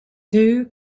two